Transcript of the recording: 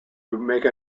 make